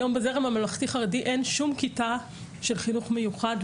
היום בזרם הממלכתי חרדי אין שום כיתה של חינוך מיוחד,